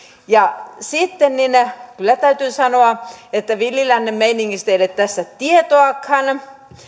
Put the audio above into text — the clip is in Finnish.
sitten kyllä täytyy sanoa että villin lännen meiningistä ei ole tässä tietoakaan